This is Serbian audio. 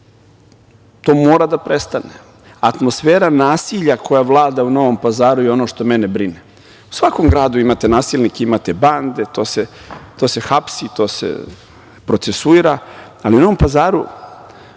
to mora da prestane. Atmosfera nasilja koja vlada u Novom Pazaru je ono što mene brine.U svakom gradu imate nasilnike, imate bande, to se hapsi, to se procesuira, ali u Novom Pazaru,